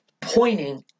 pointing